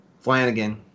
Flanagan